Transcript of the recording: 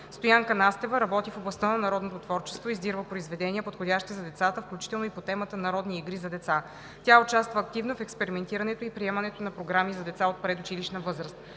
Стоянка Настева работи в областта на народното творчество и издирва произведения, подходящи за децата, включително и по темата „Народни игри за деца“. Тя участва активно в експериментирането и приемането на програми за деца от предучилищна възраст.